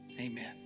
amen